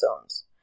zones